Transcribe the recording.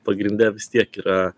pagrinde vis tiek yra